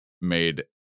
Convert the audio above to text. made